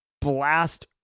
blast